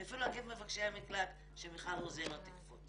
אני אפילו אגיד מבקשי מקלט שמיכל רוזין לא תקפוץ.